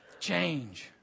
Change